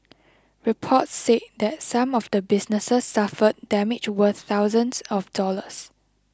reports said that some of the businesses suffered damage worth thousands of dollars